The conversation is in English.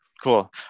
Cool